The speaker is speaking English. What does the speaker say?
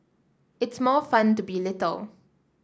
it's more fun to be little